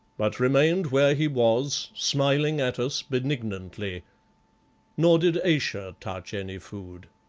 but remained where he was, smiling at us benignantly, nor did ayesha touch any food.